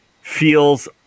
feels